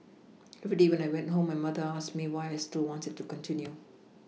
every day when I went home my mother asked me why I still wanted to continue